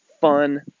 fun